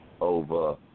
over